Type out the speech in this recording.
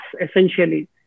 essentially